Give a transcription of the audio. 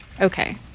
Okay